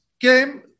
came